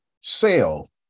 sell